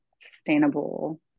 sustainable